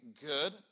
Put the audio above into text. good